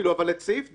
אבל את סעיף (ד)